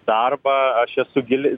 darbą aš esu giliai